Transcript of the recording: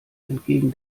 entgegen